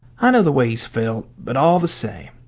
i know the way he's felt but all the same!